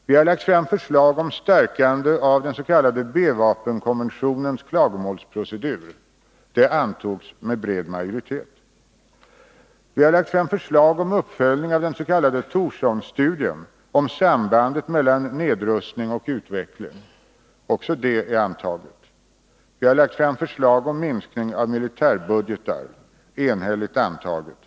Vi har lagt fram förslag om stärkande av den s.k. B-vapenkonventionens klagomålsprocedur. Det antogs med bred majoritet. Vi har lagt fram förslag om en uppföljning av den s.k. Thorssonstudien om sambandet mellan nedrustning och utveckling. Också det förslaget antogs. Vi har lagt fram förslag om en minskning av militärbudgetar som enhälligt har antagits.